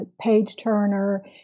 page-turner